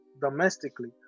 domestically